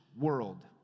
world